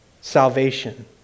salvation